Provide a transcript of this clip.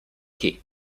quai